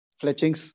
fletchings